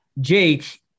Jake